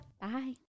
Bye